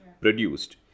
produced